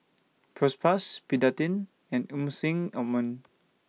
Propass Betadine and Emulsying Ointment